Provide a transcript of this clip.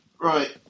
right